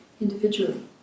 individually